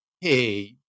hey